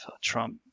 Trump